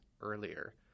earlier